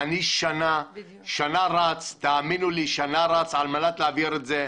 אני שנה רץ כדי להעביר את זה.